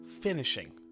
finishing